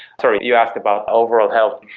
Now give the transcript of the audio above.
sort of you asked about overall health,